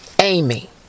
Amy